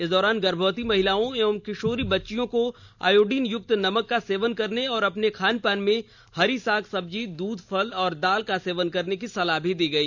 इस दौरान गर्भवती महिलाओं एवं किशोरी बच्चीयों को आयोडीन युक्त नमक का सेवन करने और अपने खानपान में हरी साग सब्जी दूध फल और दाल का सेवन करने की सलाह दी गयी